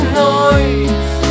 noise